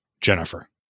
Jennifer